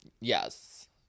Yes